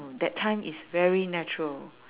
that time is very natural